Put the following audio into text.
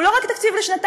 שהוא לא רק תקציב לשנתיים,